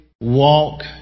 walk